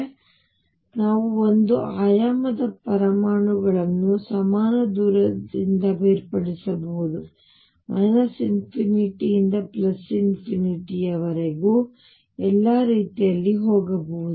ಉದಾಹರಣೆಗೆ ನಾವು ಒಂದು ಆಯಾಮದ ಪರಮಾಣುಗಳನ್ನು ಸಮಾನ ದೂರದಿಂದ ಬೇರ್ಪಡಿಸಬಹುದು ∞ ನಿಂದ ∞ ಎಲ್ಲಾ ರೀತಿಯಲ್ಲಿ ಹೋಗಬಹುದು